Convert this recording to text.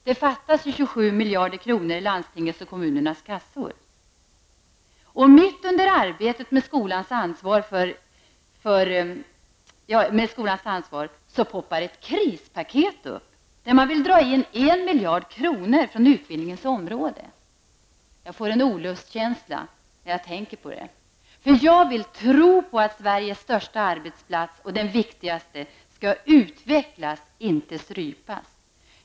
Det fattas ju 27 miljarder kronor i landstingens och kommunernas kassor. Mitt under arbetet med skolans ansvar poppar det upp ett krispaket, där man vill dra in 1 miljard kronor från utbildningens område. Jag får en olustkänsla när jag tänker på det. Jag vill tro på att Sveriges största och viktigaste arbetsplats skall utvecklas och inte strypas.